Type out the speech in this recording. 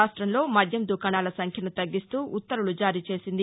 రాష్ట్రంలో మద్యం దుకాణాల సంఖ్యను తగ్గిస్తూ ఉత్తర్వులు జారీచేసింది